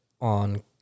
on